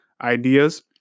ideas